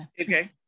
Okay